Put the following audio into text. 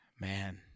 Man